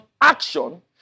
action